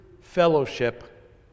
Fellowship